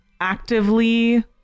actively